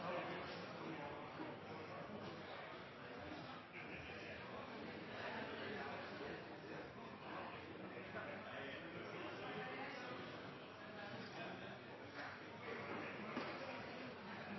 har jeg aldri sagt – det